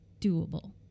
doable